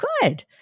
good